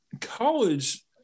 college